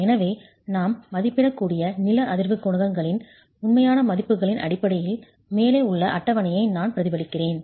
எனவே நாம் மதிப்பிடக்கூடிய நில அதிர்வு குணகங்களின் உண்மையான மதிப்புகளின் அடிப்படையில் மேலே உள்ள அட்டவணையை நான் பிரதிபலிக்கிறேன்